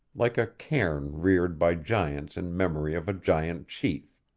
like a cairn reared by giants in memory of a giant chief.